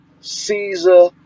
Caesar